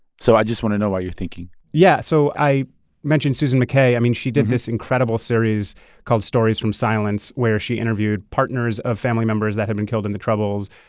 so i just want to know what you're thinking yeah. so i mentioned susan mckay. i mean, she did this incredible series called stories from silence where she interviewed partners of family members that had been killed in the troubles,